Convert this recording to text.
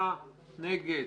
הצבעה בעד, 5 נגד,